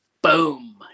boom